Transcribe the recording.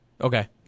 Okay